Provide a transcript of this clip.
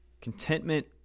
Contentment